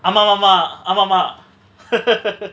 ஆமா மாமா ஆமா ஆமா:aama mama aama aama